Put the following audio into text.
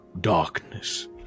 darkness